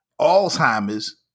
Alzheimer's